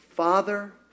Father